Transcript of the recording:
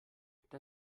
der